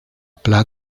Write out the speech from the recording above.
pla